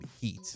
Heat